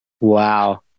Wow